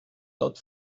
not